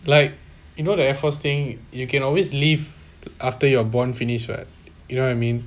like you know the air force thing you can always leave after you're born finish [what] you know what I mean